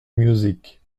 music